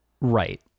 Right